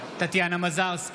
טטיאנה מזרסקי,